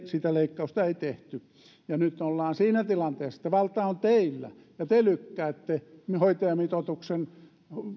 sitä leikkausta ei tehty ja nyt ollaan siinä tilanteessa että valta on teillä ja te lykkäätte hoitajamitoituksen